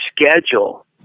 schedule